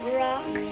rock